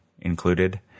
included